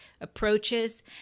approaches